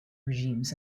regimes